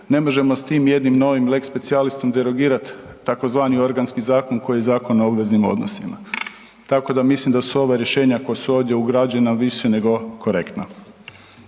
Ne možemo s tim jednim novim lex specialisom derogirat tzv. organski zakon koji je Zakon o obveznim odnosima. Tako da mislim da su ova rješenja koja su ovdje ugrađena više nego korektna.